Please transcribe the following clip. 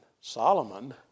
Solomon